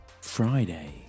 Friday